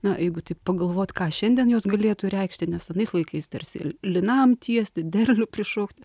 na jeigu taip pagalvot ką šiandien jos galėtų reikšti nes anais laikais tarsi linam tiesti derlių prišaukt